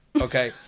okay